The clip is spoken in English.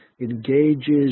engages